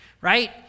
right